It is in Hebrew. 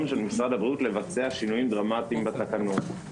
של משרד הבריאות לבצע שינויים דרמטיים בתקנות.